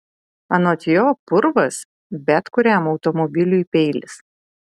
anot jo purvas bet kuriam automobiliui peilis